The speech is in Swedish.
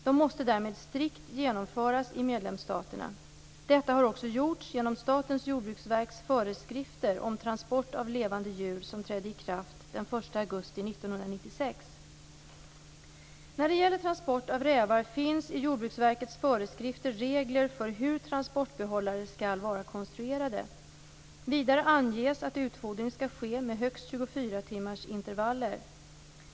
De måste därmed strikt genomföras i medlemsstaterna. Detta har också gjorts genom Statens jordbruksverks föreskrifter om transport av levande djur som trädde i kraft den 1 När det gäller transport av rävar finns i Jordbruksverkets föreskrifter regler för hur transportbehållare skall vara konstruerade. Vidare anges att utfodring skall ske med högst 24 timmars intervaller.